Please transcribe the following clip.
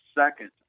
second